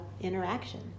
interaction